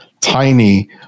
Tiny